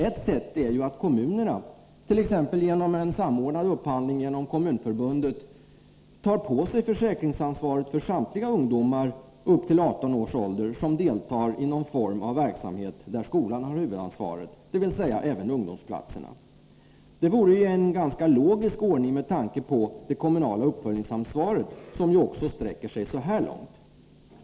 Ett sätt är att kommunerna, t.ex. genom en samordnad upphandling genom Kommunförbundet, tar på sig försäkringsansvaret för samtliga ungdomar upp till 18 års ålder som deltar i någon form av verksamhet där skolan har huvudansvaret, dvs. även beträffande ungdomsplatserna. Det vore en ganska logisk ordning, med tanke på det kommunala uppföljningsansvaret, som ju också sträcker sig så här långt.